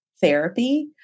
therapy